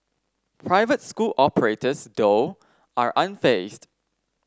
private school operators though are unfazed